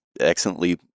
excellently